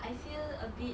I feel a bit